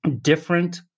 different